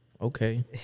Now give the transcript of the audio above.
Okay